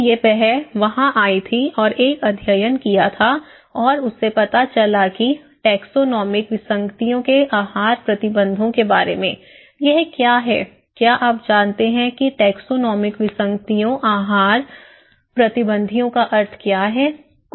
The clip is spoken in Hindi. तो वह वहां आई थी और एक अध्ययन किया था और उसे पता चला टैक्सोनोमिक विसंगतियों के आहार प्रतिबंधों के बारे में यह क्या है क्या आप जानते हैं कि टैक्सोनोमिक विसंगतियों आहार प्रतिबंधों का अर्थ क्या है